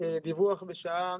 דיווח בשעה